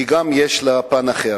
יש לה גם פן אחר.